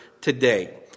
today